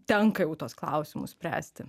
tenka jau tuos klausimus spręsti